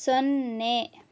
ಸೊನ್ನೆ